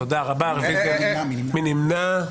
מי נמנע?